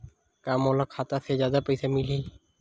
का मोला खाता से जादा पईसा मिलही?